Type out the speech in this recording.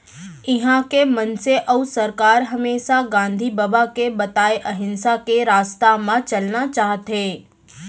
इहॉं के मनसे अउ सरकार हमेसा गांधी बबा के बताए अहिंसा के रस्ता म चलना चाहथें